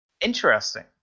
Interesting